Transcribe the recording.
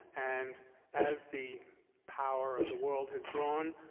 and as the power of the world has grown,